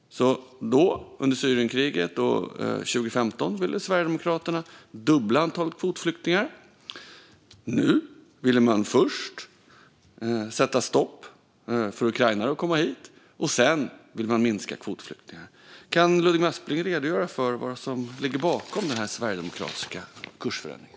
Under Syrienkriget 2015 ville Sverigedemokraterna dubbla antalet kvotflyktingar. Nu ville man först sätta stopp för ukrainare att komma hit, och sedan ville man minska antalet kvotflyktingar. Kan Ludvig Aspling redogöra för vad som ligger bakom den sverigedemokratiska kursförändringen?